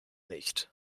nicht